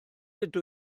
ydw